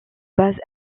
base